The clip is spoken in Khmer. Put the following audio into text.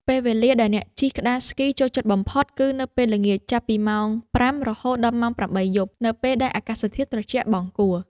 ពេលវេលាដែលអ្នកជិះក្ដារស្គីចូលចិត្តបំផុតគឺនៅពេលល្ងាច ចាប់ពីម៉ោង ៥ រហូតដល់ម៉ោង ៨ យប់ នៅពេលដែលអាកាសធាតុត្រជាក់បង្គួរ។